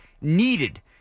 needed